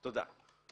תודה.